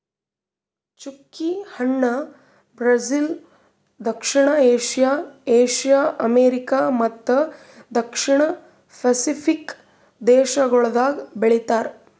ಚ್ಚುಕಿ ಹಣ್ಣ ಬ್ರೆಜಿಲ್, ದಕ್ಷಿಣ ಏಷ್ಯಾ, ಏಷ್ಯಾ, ಅಮೆರಿಕಾ ಮತ್ತ ದಕ್ಷಿಣ ಪೆಸಿಫಿಕ್ ದೇಶಗೊಳ್ದಾಗ್ ಬೆಳಿತಾರ್